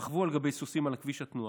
רכבו על גבי סוסים על הכביש בתנועה,